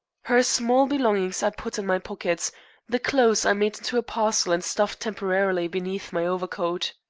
her small belongings i put in my pockets the clothes i made into a parcel and stuffed temporarily beneath my overcoat.